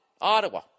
Ottawa